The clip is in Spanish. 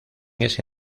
ese